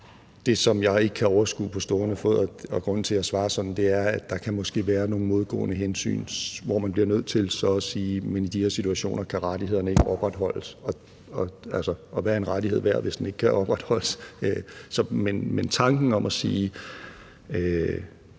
Det, som jeg ikke kan overskue på stående fod, og grunden til, at jeg svarer sådan, er, at der måske kan være nogle modgående hensyn, hvor man bliver nødt til så at sige, at i nogle situationer kan rettighederne ikke opretholdes, og hvad er en rettighed værd, hvis den ikke kan opretholdes. Men tanken om at sige,